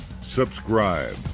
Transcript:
subscribe